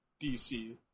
DC